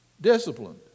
Disciplined